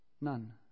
None